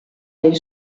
del